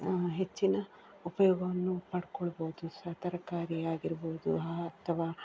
ಹೆಚ್ಚಿನ ಉಪಯೋಗವನ್ನು ಪಡ್ಕೊಳ್ಬೋದು ಸ ತರಕಾರಿ ಆಗಿರ್ಬೋದು ಹಾ ಅಥವಾ